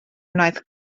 wnaeth